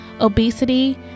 obesity